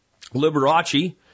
Liberace